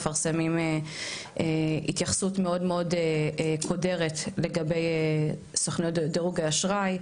מפרסמים התייחסות מאוד מאוד קודרת לגבי סוכנויות דירוג האשראי,